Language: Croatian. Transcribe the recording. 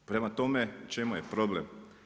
Prema tome, u čemu je problem?